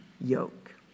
yoke